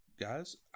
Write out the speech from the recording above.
guys